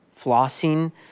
flossing